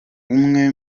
umwe